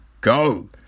go